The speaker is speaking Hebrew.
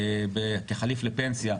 כתחליף לפנסיה,